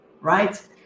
right